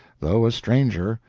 though a stranger,